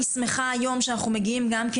אני שמחה היום שאנחנו מגיעים גם כן,